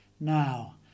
now